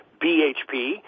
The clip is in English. BHP